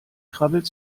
krabbelt